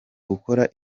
gukora